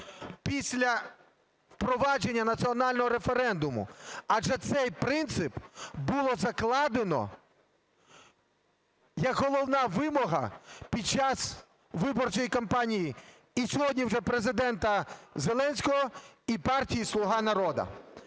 після впровадження національного референдуму, адже цей принцип було закладено як головну вимогу під час виборчої кампанії і сьогодні вже Президента Зеленського, і партії "Слуга народу".